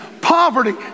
poverty